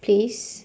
place